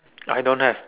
I don't have